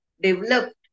developed